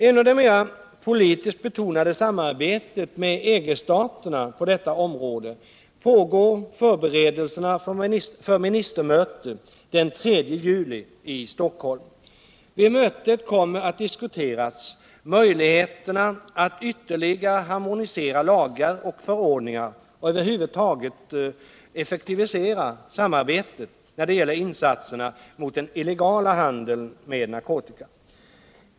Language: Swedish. Inom det mera politiskt betonade samarbetet med EG-staterna på detta område pågår förberedelserna för ett ministermöte den 3 juli i Stockholm. Vid mötet kommer att diskuteras möjligheterna att ytterligare harmonisera lagar och förordningar och över huvud taget effektivisera samarbetet när det gäller insatserna mot den illegala handeln med narkotika.